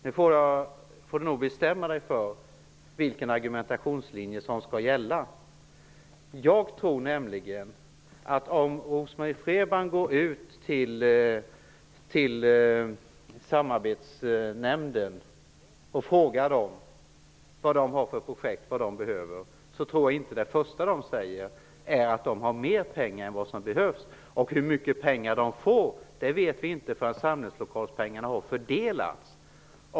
Nu får nog Rose-Marie Frebran bestämma sig för vilken argumentationslinje som skall gälla. Om Rose-Marie Frebran frågar samarbetsnämnden vad den har för projekt och vad den behöver, tror jag inte att det första nämnden säger är att det finns mer pengar än vad som behövs. Hur mycket pengar man får vet vi inte förrän samlingslokalpengarna har fördelats.